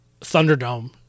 Thunderdome